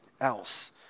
else